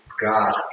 God